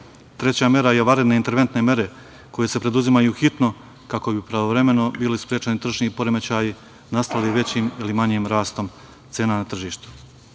mera je vanredne interventne mere, koje se preduzimaju hitno kako bi pravovremeno bili sprečeni tržišni poremećaji nastali većim ili manjim rastom cena na tržištu. Želim